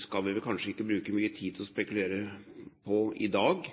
skal vi vel kanskje ikke bruke mye tid til å spekulere på i dag,